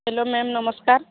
hello ma'am ନମସ୍କାର୍